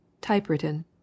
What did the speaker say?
Typewritten